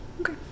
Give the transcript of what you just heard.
okay